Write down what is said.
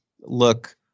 look